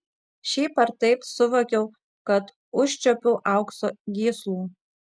šiaip ar taip suvokiau kad užčiuopiau aukso gyslų